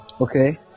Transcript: okay